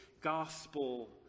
gospel